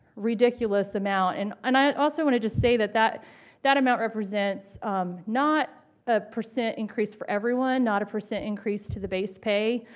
ridiculous amount. and and i also want to just say that that that amount represents um not a percent increase for everyone, not a percent increase to the base pay,